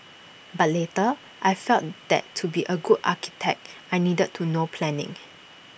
but later I felt that to be A good architect I needed to know planning